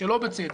שלא בצדק.